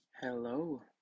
hello